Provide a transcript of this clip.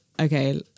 okay